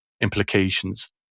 implications